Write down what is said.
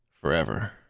Forever